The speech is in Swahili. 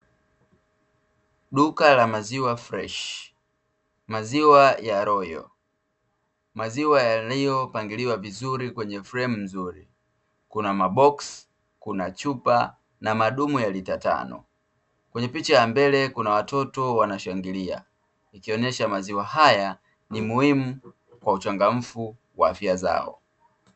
Duka la maziwa freshi, maziwa ya Royal, maziwa yaliyopangiliwa vizuri kwenye fremu nzuri, kuna maboksi kuna chupa na madumu ya lita tano. Kwenye picha ya mbele kuna watoto wanashangilia, ikionyesha maziwa haya ni muhimu kwa uchangamfu wa afya zao.